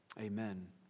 Amen